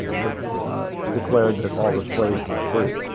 which declared that all the slaves were free.